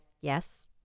Yes